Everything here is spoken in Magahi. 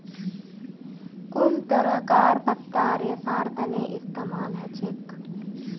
कुन तरहकार पत्ता रेशार तने इस्तेमाल हछेक